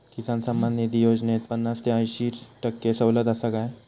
किसान सन्मान निधी योजनेत पन्नास ते अंयशी टक्के सवलत आसा काय?